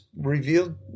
revealed